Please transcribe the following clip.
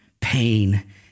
pain